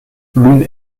l’une